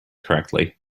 correctly